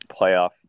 playoff